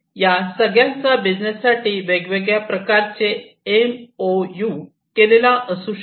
या सगळ्यांचा बिजनेससाठी वेगवेगळ्या प्रकारे एम ओ यू केलेला असू शकतो